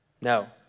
No